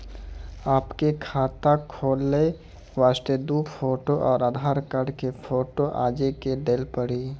आपके खाते खोले वास्ते दु फोटो और आधार कार्ड के फोटो आजे के देल पड़ी?